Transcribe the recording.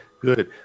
good